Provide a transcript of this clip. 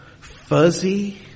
fuzzy